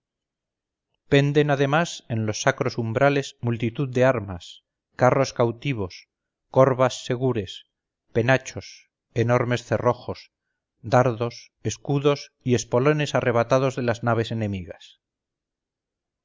penden además en los sacros umbrales multitud de armas carros cautivos corvas segures penachos enormes cerrojos dardos escudos y espolones arrebatados de las naves enemigas